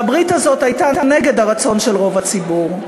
והברית הזאת הייתה נגד הרצון של רוב הציבור.